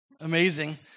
amazing